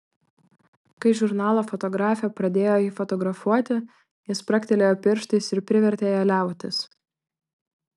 kai žurnalo fotografė pradėjo jį fotografuoti jis spragtelėjo pirštais ir privertė ją liautis